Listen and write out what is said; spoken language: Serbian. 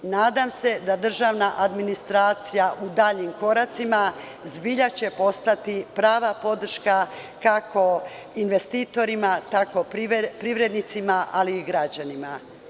Nadam se da državna administracija u daljim koracima zaista će postati prava podrška, kako investitorima, tako privrednicima, ali i građanima.